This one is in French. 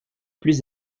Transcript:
plus